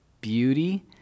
beauty